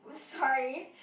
sorry